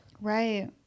Right